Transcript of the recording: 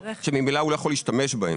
ספציפיות שממילא הוא לא יכול להשתמש בהן,